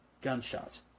gunshots